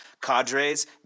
Cadres